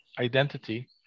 identity